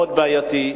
מאוד בעייתי.